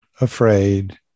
afraid